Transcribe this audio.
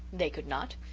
they could not.